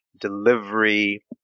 delivery